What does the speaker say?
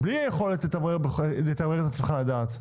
בלי היכולת לתמרר את עצמך לדעת.